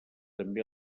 també